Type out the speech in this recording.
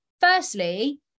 Firstly